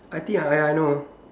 I think I I know